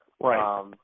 Right